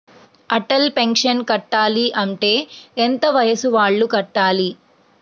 Atal pension కట్టాలి అంటే ఎంత వయసు వాళ్ళు కట్టాలి?